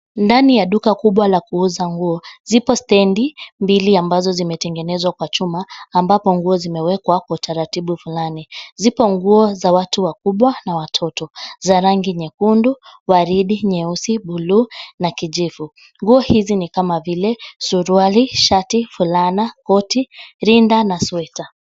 Ndani ya duka kubwa la kuuza nguo zipo stendi mbili ambazo zimetengenezwa kwa chuma ambapo nguo zimewekwa kwa utaratibu fulani, zipo nguo za watu wakubwa na watoto za rangi nyekundu ,waridi, nyeusi, buluu na kijivu, nguo hizi ni kama vile suruali ,shati, fulani, koti, rinda na sweta